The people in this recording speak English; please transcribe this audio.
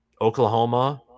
Oklahoma